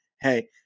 hey